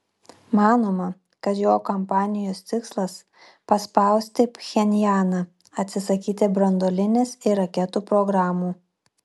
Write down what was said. manoma kad jo kampanijos tikslas paspausti pchenjaną atsisakyti branduolinės ir raketų programų